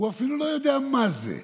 הוא אפילו לא יודע מה זה.